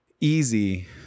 easy